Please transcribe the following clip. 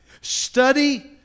study